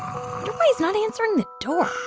why he's not answering the door.